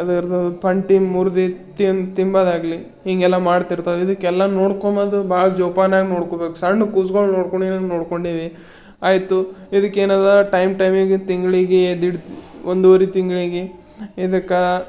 ಅದ್ರದ್ದು ಪಂಟಿ ಮುರ್ದು ತಿನ್ ತಿನ್ನೋದಾಗ್ಲಿ ಹೀಗೆಲ್ಲ ಮಾಡ್ತಿರ್ತವ ಇದಕ್ಕೆಲ್ಲ ನೋಡ್ಕೊಂಡ್ಬಂದು ಭಾಳ ಜೋಪಾನ್ವಾಗಿ ನೋಡ್ಕೊಳ್ಬೇಕು ಸಣ್ಣ ಕೂಸ್ಗಳು ನೋಡ್ಕೊಂಡಿರುವಂಗೆ ನೋಡ್ಕೊಂಡೀವಿ ಆಯಿತು ಇದಕ್ಕೇನೆಂದ್ರೆ ಟೈಮ್ ಟೈಮಿಗೆ ತಿಂಗ್ಳಿಗೆ ಎರ್ಡೆಡು ಒಂದ್ವರೆ ತಿಂಗಳಿಗೆ ಇದಕ್ಕೆ